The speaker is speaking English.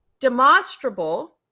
demonstrable